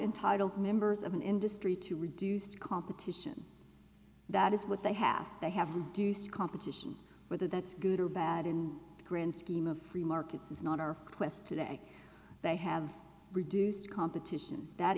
entitles members of an industry to reduce competition that is what they have they have reduced competition whether that's good or bad in the grand scheme of free markets is not our quest today they have reduced competition that